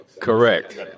Correct